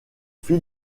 fil